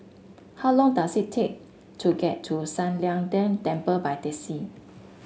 how long does it take to get to San Lian Deng Temple by taxi